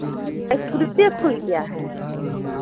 स्क्रूपिए खुल गया है